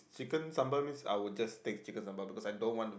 Chicken sambal means I will just take Chicken sambal because I don't want